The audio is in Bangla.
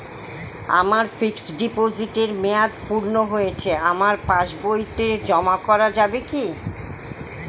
আমার ফিক্সট ডিপোজিটের মেয়াদ পূর্ণ হয়েছে আমার পাস বইতে জমা করা যাবে কি?